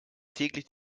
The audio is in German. täglich